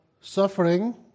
suffering